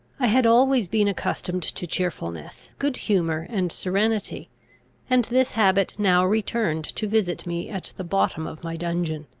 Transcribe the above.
i had always been accustomed to cheerfulness, good humour, and serenity and this habit now returned to visit me at the bottom of my dungeon.